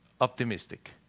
optimistic